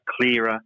clearer